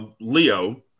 Leo